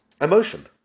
Emotion